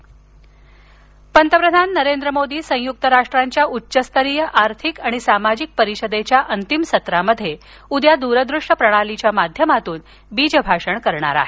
मोदी भाषण पंतप्रधान नरेंद्र मोदी संयुक्त राष्ट्रांच्या उच्चस्तरीय आर्थिक आणि सामाजिक परिषदेच्या अंतिम सत्रामध्ये उद्या दूरदृश्य प्रणालीच्या माध्यमातून बीजभाषण करणार आहेत